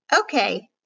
Okay